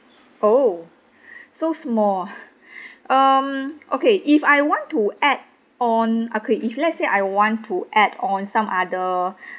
oh so small ah um okay if I want to add on okay if let's say I want to add on some other